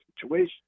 situation